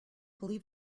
believe